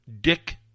Dick